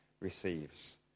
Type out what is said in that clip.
receives